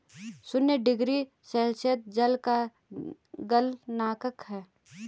शून्य degree Celsius जल का गलनांक है